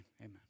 Amen